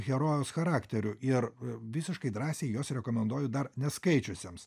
herojaus charakteriu ir visiškai drąsiai juos rekomenduoju dar neskaičiusiems